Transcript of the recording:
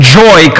joy